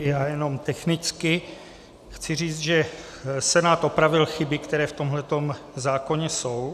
Já jenom technicky chci říct, že Senát opravil chyby, které v tomhle tom zákoně jsou.